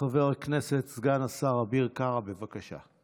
חבר הכנסת סגן השר אביר קארה, בבקשה.